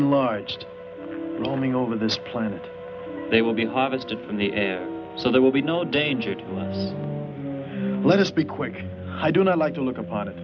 enlarged homing on this planet they will be harvested in the air so there will be no danger to let us be quick i do not like to look upon it